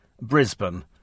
Brisbane